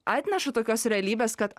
atneša tokios realybės kad